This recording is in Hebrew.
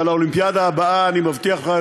אבל לאולימפיאדה הבאה אני מבטיח לך,